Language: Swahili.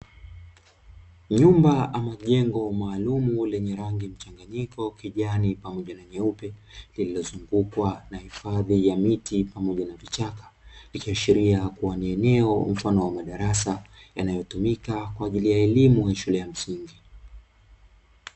Nyumba ama jengo maalumu lenye rangi mchanganyiko kijani pamoja na nyeupe lililozungukwa na hifadhi ya miti pamoja na vichaka, ikiashiria kuwa ni eneo mfano wa madarasa yanayotumika kwa ajili ya elimu ya shule ya msingi.